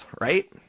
right